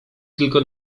tylko